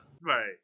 Right